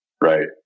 right